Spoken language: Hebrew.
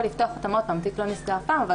לפתוח את התיקים עוד פעם תיק לא נסגר אף פעם אבל